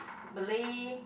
Malay